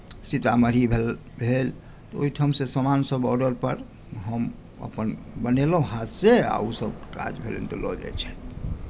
सीतामढ़ी भेल तऽ ओहिठाम सॅं समान सभ आर्डर पर हम अपन बनेलहुँ हँ हाथ सॅं आ ओ सभ काज भेलनि तऽ लऽ जाइत छथि